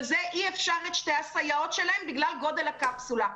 זה אי אפשר את שתי הסייעות שלהם בגלל גודל הקפסולה.